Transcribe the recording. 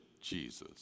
Jesus